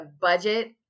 budget